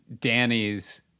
Danny's